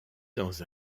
dans